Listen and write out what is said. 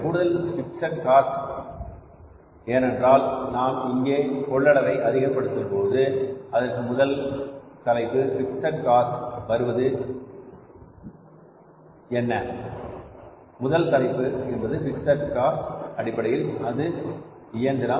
கூடுதல் fixed cost ஏனென்றால் நாம் இங்கே கொள்ளளவை அதிகப்படுத்தும் அதற்கு முதல் தலைப்பு பிக்ஸட் காஸ்ட் வருவது என்ன முதல் தலைப்பு என்பது பிக்ஸட் காஸ்ட் அடிப்படையில் அது இயந்திரம்